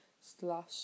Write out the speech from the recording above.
slash